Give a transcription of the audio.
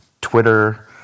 Twitter